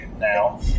Now